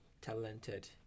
talented